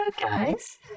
guys